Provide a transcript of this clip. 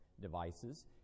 devices